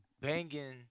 banging